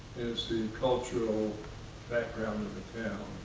is the cultural background of the town,